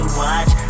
watch